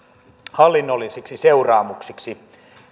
hallinnollisiksi seuraamuksiksi